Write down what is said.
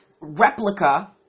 replica